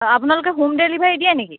আপোনালোকে home delivery দিয়ে নেকি